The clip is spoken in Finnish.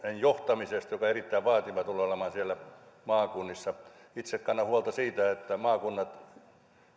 johtamisesta joka tulee olemaan erittäin vaativaa siellä maakunnissa itse kannan huolta siitä että maakunnat